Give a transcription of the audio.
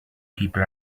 people